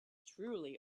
truly